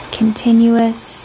continuous